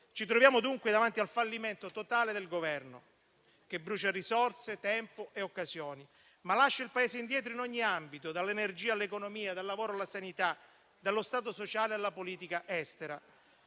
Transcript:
Ci troviamo dunque davanti al fallimento totale del Governo, che brucia risorse, tempo e occasioni, ma lascia il Paese indietro in ogni ambito: dall'energia, all'economia, dal lavoro alla sanità, dallo Stato sociale alla politica estera.